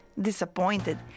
Disappointed